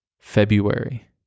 February